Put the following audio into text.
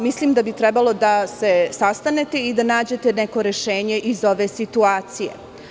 Mislim da bi trebalo da se sastanete i da nađete neko rešenje iz ove situacije.